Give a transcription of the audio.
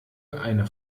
eine